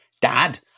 Dad